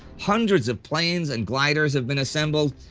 hundreds of planes and gliders have been assembled,